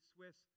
Swiss